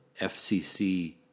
FCC